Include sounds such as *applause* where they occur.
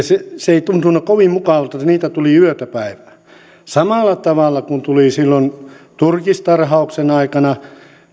*unintelligible* se se ei tuntunut kovin mukavalta niitä tuli yötä päivää samalla tavalla kuin tuli silloin turkistarhauksen aikana